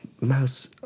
Mouse